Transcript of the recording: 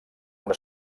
una